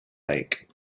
lake